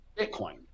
Bitcoin